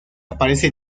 aparece